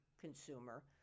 consumer